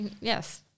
yes